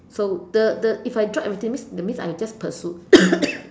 so the the if I drop everything means that means I just pursue